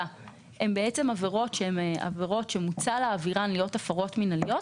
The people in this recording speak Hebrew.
הן עבירות שמוצע להעבירן להיות הפרות מינהליות,